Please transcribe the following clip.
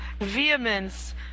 vehemence